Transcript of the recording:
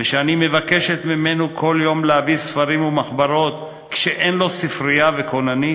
ושאני מבקשת ממנו כל יום להביא ספרים ומחברות כשאין לו ספרייה וכוננית?